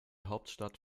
hauptstadt